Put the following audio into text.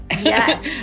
Yes